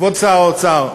כבוד שר האוצר,